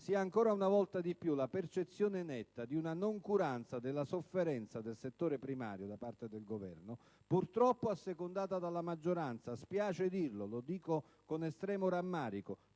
ai Resoconti della seduta - la percezione netta di una noncuranza della sofferenza del settore primario da parte del Governo, purtroppo assecondata dalla maggioranza - e lo dico con estremo rammarico